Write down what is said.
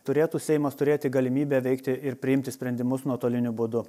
turėtų seimas turėti galimybę veikti ir priimti sprendimus nuotoliniu būdu